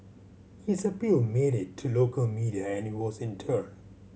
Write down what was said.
his appeal made it to local media and it was in turn